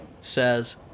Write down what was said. says